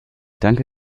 danke